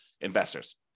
investors